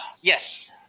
Yes